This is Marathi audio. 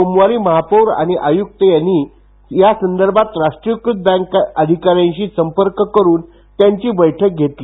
सोमवारी महापौर आणि आयुक्त यांनी या संदर्भात राष्ट्रीयकृत बँक अधिकार्यांंंंशी संपर्क करून त्यांची बैठक घेतली